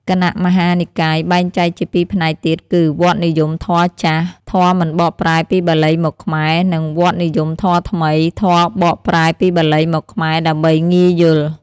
គណៈមហានិកាយបែងចែកជាពីរផ្នែកទៀតគឺ វត្តនិយមធម៌ចាស់ (ធម៌មិនបកប្រែពីបាលីមកខ្មែរ) និង វត្តនិយមធម៌ថ្មី (ធម៌បកប្រែពីបាលីមកខ្មែរដើម្បីងាយយល់)។